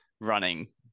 Running